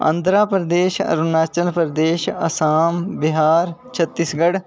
Andhra Pradesh Arunachal Pradesh Assam Bihar Chhattisgarh